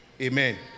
Amen